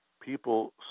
people